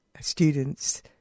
students